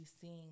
seeing